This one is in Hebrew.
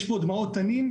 יש פה דמעות תנין.